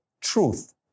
truth